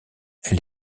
elle